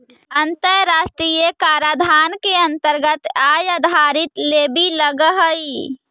अन्तराष्ट्रिय कराधान के अन्तरगत आय आधारित लेवी लगअ हई